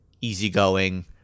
easygoing